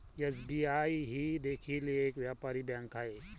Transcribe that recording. SBI ही देखील एक व्यापारी बँक आहे